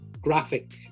graphic